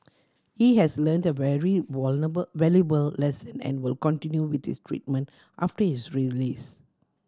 he has learnt a very valuable valuable lesson and will continue with his treatment after his release